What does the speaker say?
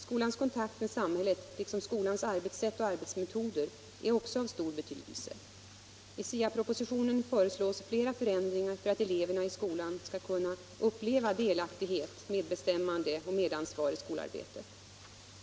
Skolans kontakt med samhället liksom skolans arbetssätt och arbetsmetoder är också av stor betydelse. I SIA propositionen föreslås flera förändringar för att eleverna i skolan skall kunna uppleva delaktighet, medbestämmande och medansvar i skolarbetet.